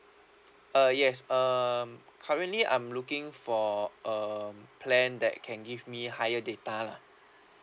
uh yes um currently I'm looking for um plan that can give me higher data lah